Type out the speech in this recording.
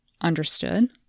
Understood